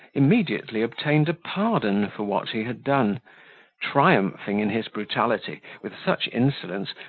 immediately obtained a pardon for what he had done triumphing in his brutality with such insolence,